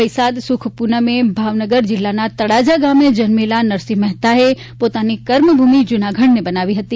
વૈશાખ સુદ પ્રનમે ભાવનગર જિલ્લાના તળાજા ગામે જન્મેલ નરસિંહ મહેતાએ પોતાની કર્મ ભૂમિ જૂનાગઢ ને બનાવી હતી